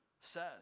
says